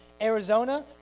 Arizona